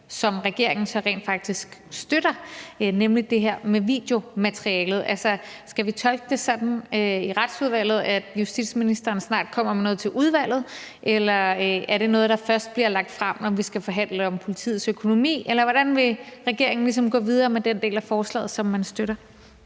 som regeringen rent faktisk støtter, nemlig det her med videomaterialet. Skal vi tolke det sådan i Retsudvalget, at justitsministeren snart kommer med noget til udvalget, eller er det noget, der først bliver lagt frem, når vi skal forhandle om politiets økonomi, eller hvordan vil regeringen gå videre med den del af forslaget, som man støtter?